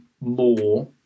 more